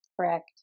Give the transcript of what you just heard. Correct